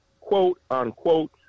quote-unquote